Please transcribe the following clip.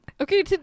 Okay